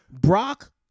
Brock